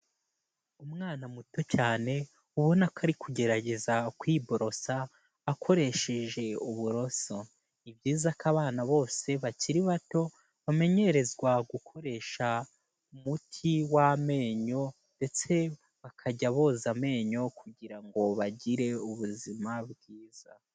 Umwana muto cyane, ubona ko ari kugerageza kwiborosa, akoresheje uburoso, ni ibyiza ko abana bose bakiri bato, bamenyerezwa gukoresha umuti w'amenyo ndetse bakajya boza amenyo kugira ngo bagire ubuzima bwiza.